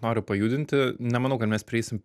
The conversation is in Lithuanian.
noriu pajudinti nemanau kad mes prieisim